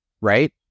right